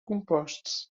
composts